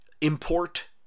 import